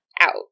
out